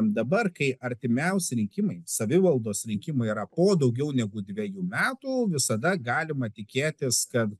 dabar kai artimiausi rinkimai savivaldos rinkimai yra po daugiau negu dvejų metų visada galima tikėtis kad